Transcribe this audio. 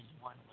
one